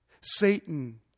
Satan